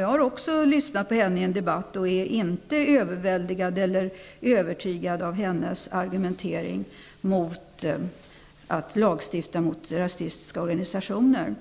Jag har också lyssnat på henne i en debatt och är inte övertygad av hennes argumentering mot att lagstifta emot rasistiska organisationer.